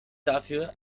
dafür